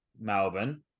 Melbourne